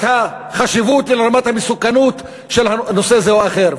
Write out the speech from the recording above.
החשיבות ורמת המסוכנות של נושא זה או אחר,